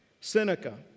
Seneca